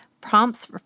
Prompts